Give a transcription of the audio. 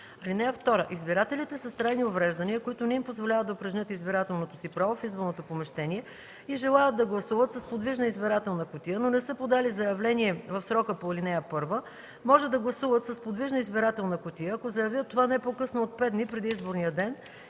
36. (2) Избирателите с трайни увреждания, които не им позволяват да упражнят избирателното си право в изборното помещение и желаят да гласуват с подвижна избирателна кутия, но не са подали заявление в срока по ал. 1, може да гласуват с подвижна избирателна кутия, ако заявят това не по-късно от 5 дни преди изборния ден